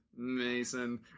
mason